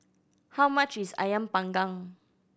how much is Ayam Panggang